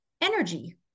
energy